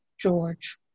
George